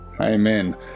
Amen